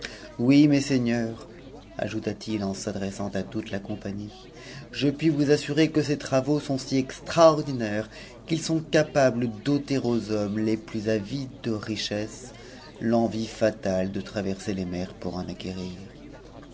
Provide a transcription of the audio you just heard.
concevoir oui mes seigneurs ajouta-t-il en s'adressant à toute la compagnie je puis vous assurer que ces travaux sont si extraordinaires qu'ils sont capables d'ôter aux hommes les plus avmcs de richesses l'envie fatale de traverser les mers pour en acquérir